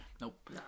Nope